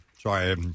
sorry